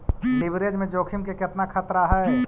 Leverage में जोखिम के केतना खतरा हइ?